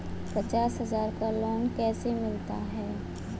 पचास हज़ार का लोन कैसे मिलता है?